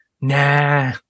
Nah